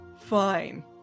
Fine